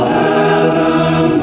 heaven